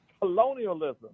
colonialism